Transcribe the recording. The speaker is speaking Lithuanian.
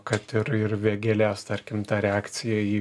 kad ir ir vėgėlės tarkim ta reakcija į